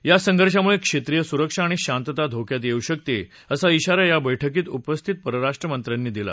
या संघर्षामुळे क्षेत्रीय सुरक्षा आणि शांतता धोक्यात येऊ शकते अशा ििारा या बैठकीत उपस्थित परराष्ट्र मंत्र्यांनी दिला